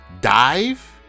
dive